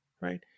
right